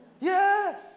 Yes